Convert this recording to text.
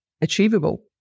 achievable